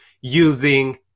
using